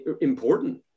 important